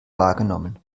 wahrgenommen